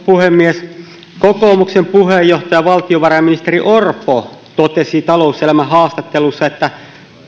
puhemies kokoomuksen puheenjohtaja valtiovarainministeri orpo totesi talouselämän haastattelussa että